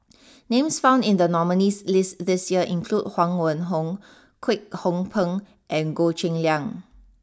names found in the nominees' list this year include Huang Wenhong Kwek Hong Png and Goh Cheng Liang